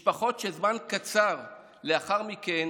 משפחות שזמן קצר לאחר מכן